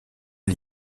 est